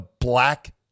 black